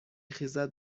خیزد